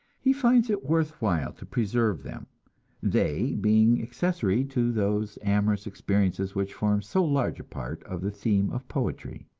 he finds it worth while to preserve them they being accessory to those amorous experiences which form so large a part of the theme of poetry.